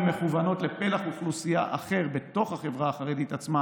הן מכוונות לפלח אוכלוסייה אחר בתוך החברה החרדית עצמה,